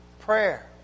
prayer